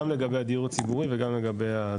גם לגבי הדיור הציבורי וגם לגבי הזה.